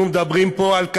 אנחנו מדברים פה על,